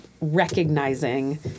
recognizing